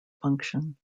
function